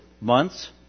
months